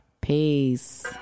Peace